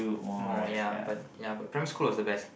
more ya but ya but primary school was the best